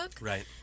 Right